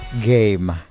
game